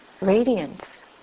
radiance